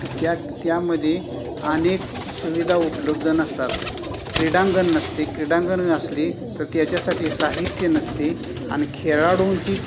त्या त्यामध्ये अनेक सुविधा उपलब्ध नसतात क्रीडांगण नसते क्रीडांगण असली तर त्याच्यासाठी साहित्य नसते आणि खेळाडूंची